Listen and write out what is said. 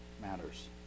matters